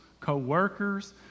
co-workers